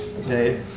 Okay